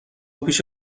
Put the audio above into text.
پیش